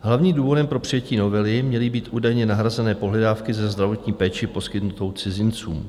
Hlavním důvodem pro přijetí novely měly být údajně nahrazené pohledávky ze zdravotní péče poskytnuté cizincům.